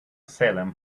salem